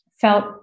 felt